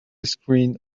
screen